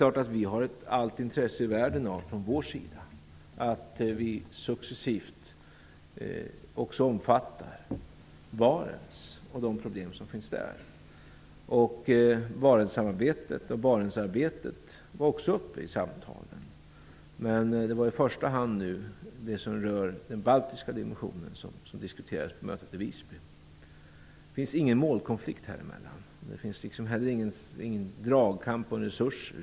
Självfallet har vi allt intresse i världen av att successivt också omfatta Barentsområdet och de problem som finns där. Barentssamarbetet och Barentsarbetet var också uppe i samtalen på mötet i Visby. Men i första hand diskuterades det som rör den baltiska dimensionen. Det finns ingen målkonflikt här emellan. Det finns rimligen inte heller någon dragkamp om resurser.